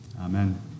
Amen